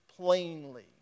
plainly